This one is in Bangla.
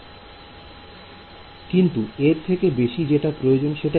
কোয়াড্রেটিক কিন্তু এর থেকেও বেশি যেটা প্রয়োজন সেটা কি